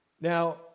Now